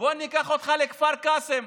בוא ניקח אותך לכפר קאסם,